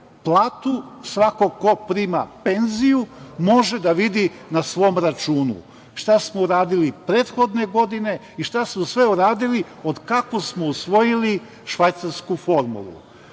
platu, svako ko prima penziju, može da vidi na svom računu šta smo uradili prethodne godine i šta smo sve uradili od kako smo usvojili švajcarsku